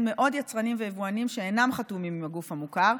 מאות יצרנים ויבואנים שאינם חתומים עם הגוף המוכר,